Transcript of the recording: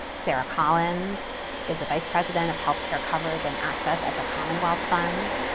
sara collins is the vice president of health care coverage and access at the commonwealth fund.